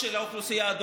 לכם אין אומץ להגיד את